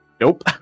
Nope